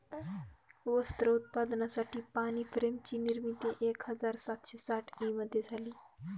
वस्त्र उत्पादनासाठी पाणी फ्रेम ची निर्मिती एक हजार सातशे साठ ई मध्ये झाली